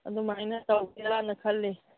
ꯑꯗꯨꯃꯥꯏꯅ ꯇꯧꯁꯤꯔꯥꯅ ꯈꯜꯂꯤ